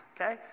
okay